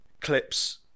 clips